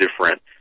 different